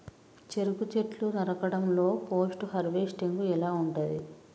చెరుకు చెట్లు నరకడం లో పోస్ట్ హార్వెస్టింగ్ ఎలా ఉంటది?